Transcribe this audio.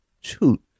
shoot